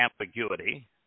ambiguity